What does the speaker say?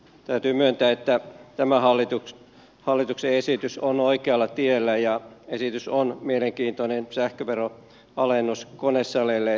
täytyy myöntää että tämä hallituksen esitys on oikealla tiellä ja esitys on mielenkiintoinen sähköveron alennus konesaleille